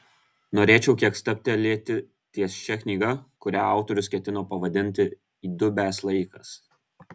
norėčiau kiek stabtelėti ties šia knyga kurią autorius ketino pavadinti įdubęs laikas